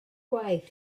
gwaith